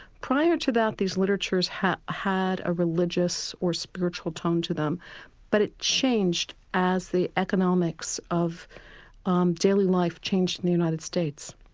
prior to that these literatures had had a religious or spiritual tongue to them but it changed as the economics of um daily life changed in the united states.